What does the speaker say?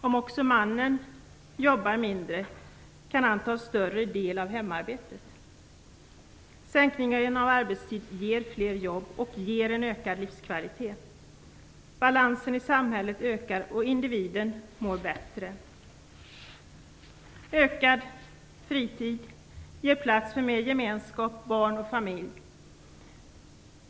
Om också mannen jobbade mindre, kan han ta större del av hemarbetet. Sänkningen av arbetstiden ger fler jobb och ger en ökad livskvalitet. Balansen i samhället ökar, och individen mår bättre. Ökad fritid ger plats för mer gemenskap, barn och familj.